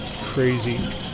crazy